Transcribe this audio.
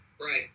Right